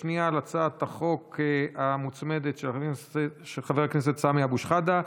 השנייה על הצעת החוק המוצמדת של חבר הכנסת סמי אבו שחאדה.